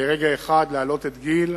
לרגע אחד להעלות את גיל